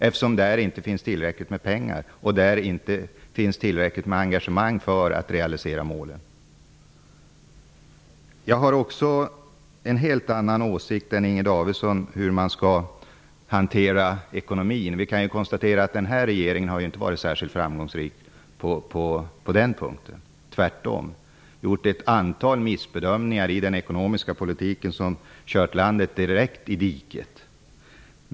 Där finns det inte tillräckligt med pengar eller engagemang för att realisera målen. Jag har också en helt annan åsikt än Inger Davidson om hur ekonomin skall hanteras. Vi kan konstatera att denna regering inte har varit särskilt framgångsrik. Tvärtom! Regeringen har gjort ett antal missbedömningar i den ekonomiska politiken som har kört landet direkt i diket.